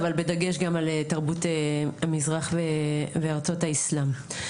אבל בדגש גם על תרבות המזרח וארצות האסלם.